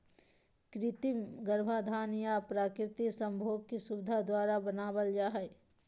कृत्रिम गर्भाधान या प्राकृतिक संभोग की सुविधा द्वारा बनाबल जा हइ